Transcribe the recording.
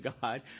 God